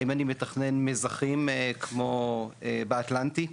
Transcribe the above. האם אני מתכנן מזחים כמו באטלנטי.